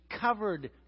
covered